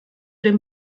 den